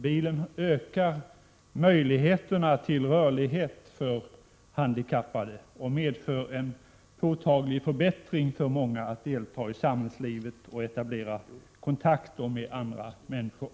Bilen ökar möjligheterna till rörlighet för handikappade. Den medför en påtaglig förbättring för många och hjälper dem att delta i samhällslivet och etablera kontakter med andra människor.